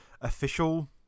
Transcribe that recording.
official